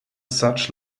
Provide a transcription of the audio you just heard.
such